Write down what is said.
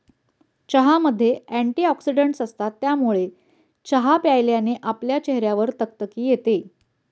चहामध्ये अँटीऑक्सिडन्टस असतात, ज्यामुळे चहा प्यायल्याने आपल्या चेहऱ्यावर तकतकी येते